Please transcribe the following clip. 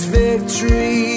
victory